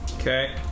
Okay